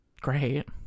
great